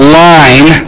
line